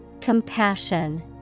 Compassion